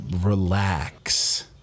Relax